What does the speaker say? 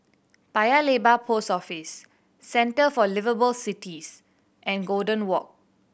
Paya Lebar Post Office Centre for Liveable Cities and Golden Walk